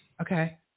Okay